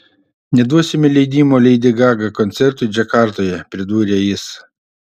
neduosime leidimo leidi gaga koncertui džakartoje pridūrė jis